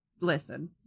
Listen